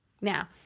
now